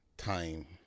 time